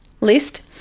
list